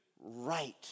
right